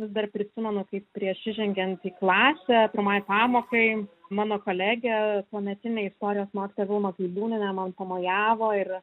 dar prisimenu kaip prieš įžengiant į klasę pirmai pamokai mano kolegė tuometinė istorijos mokytoja vilma bailiūnienė man pamojavo ir